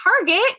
Target